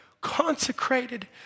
consecrated